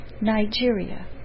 Nigeria